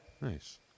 Nice